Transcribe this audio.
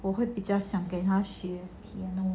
我会比较想给他学 piano